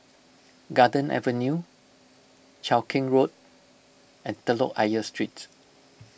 Garden Avenue Cheow Keng Road and Telok Ayer Street